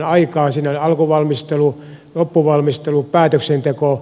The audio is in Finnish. siinä on alkuvalmistelu loppuvalmistelu päätöksenteko